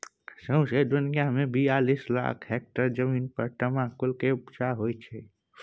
सौंसे दुनियाँ मे बियालीस लाख हेक्टेयर जमीन पर तमाकुल केर उपजा होइ छै